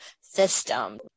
system